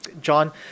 John